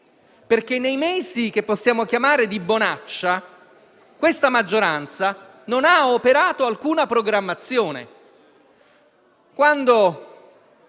tipo? Nei mesi che possiamo definire di bonaccia, questa maggioranza non ha operato alcuna programmazione.